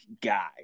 guy